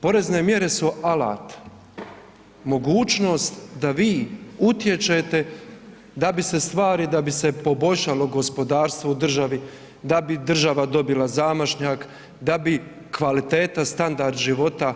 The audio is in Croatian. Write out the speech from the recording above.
Porezne mjere su alat, mogućnost da vi utječe da bi se stvari, da bi se poboljšalo gospodarstvo u državi, da bi država dobila zamašnjak, da bi kvaliteta, standard života